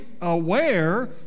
aware